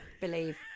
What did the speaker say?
...believe